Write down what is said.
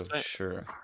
sure